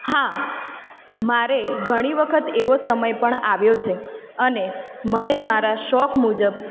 હા મારે ઘણી વખત એવો સમય પણ આવ્યો છે અને મને મારા શોખ મુજબ